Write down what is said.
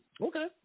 Okay